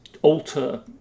alter